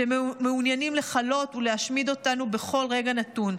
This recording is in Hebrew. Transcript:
שמעוניינים לכלות ולהשמיד אותנו בכל רגע נתון.